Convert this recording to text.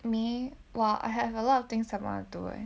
me !wah! I have a lot of things I want to do leh